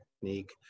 technique